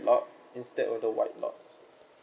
lot instead of the white lots